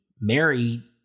Mary